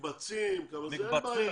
אפשר להקים כמה מקבצים, אין בעיה.